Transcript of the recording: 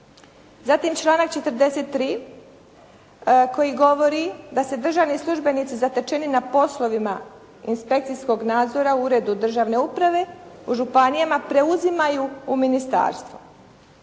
Zatim članak 43. koji govori da se državni službenici zatečeni na poslovima inspekcijskog nadzora u Uredu državne uprave u županijama preuzimaju u Ministarstvu.